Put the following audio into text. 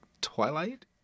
Twilight